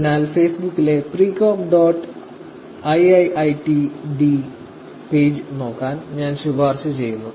അതിനാൽ ഫേസ്ബുക്കിലെ precog dot iiit d precog dot IIIT D page നോക്കാൻ ഞാൻ ശുപാർശ ചെയ്യുന്നു